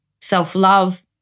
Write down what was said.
self-love